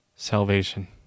salvation